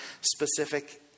specific